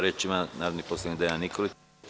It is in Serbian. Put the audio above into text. Reč ima narodni poslanik Dejan Nikolić.